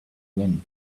win